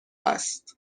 است